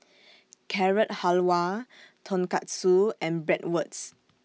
Carrot Halwa Tonkatsu and Bratwurst